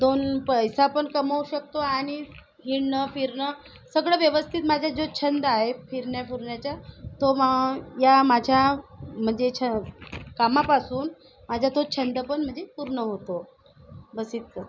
दोन पैसापण कमवू शकतो आणि हिंडणंफिरणं सगळं व्यवस्थित माझा जो छंद आहे हिंडण्याफिरण्याचा तो या माझ्या म्हणजे छ कामापासून माझा तो छंदपण म्हणजे पूर्ण होतो बस्स इतकंच